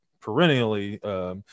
perennially